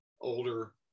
older